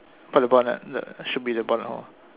for the bonnet ya should be the bonnet hor